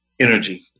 energy